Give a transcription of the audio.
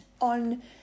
on